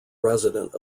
resident